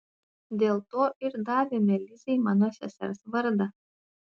dėl to ir davėme lizei mano sesers vardą